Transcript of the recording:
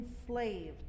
enslaved